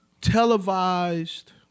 televised